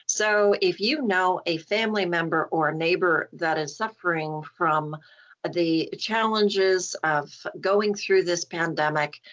so if you know a family member or a neighbor that is suffering from the challenges of going through this pandemic,